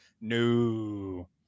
no